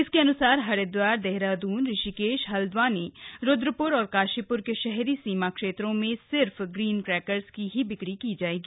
इसके अनुसार हरिद्वार देहरादून ऋषिकेश हल्द्वानी रुद्रपुर और काशीपुर के शहरी सीमा क्षेत्रों में सिर्फ ग्रीन क्रैकर्स की ही बिक्री की जाएगी